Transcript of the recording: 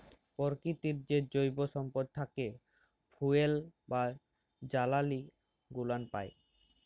পরকিতির যে জৈব সম্পদ থ্যাকে ফুয়েল বা জালালী গুলান পাই